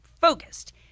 focused